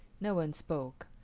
no one spoke,